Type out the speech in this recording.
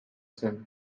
zen